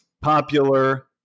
popular